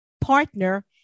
partner